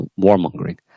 warmongering